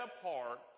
apart